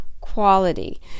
quality